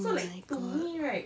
so like to me right